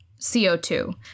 CO2